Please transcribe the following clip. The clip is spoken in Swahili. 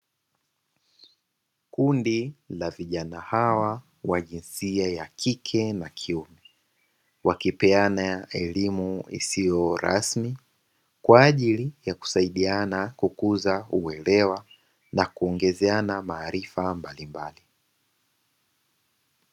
Kundi la vijana hawa wa jinsia ya kike na ya kiume, wakipeana elimu isiyo rasmi kwa ajili ya kusaidiana kukuza uelewa na kuongezeana maarifa mbalimbali.